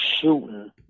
shooting